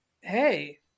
hey